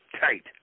tight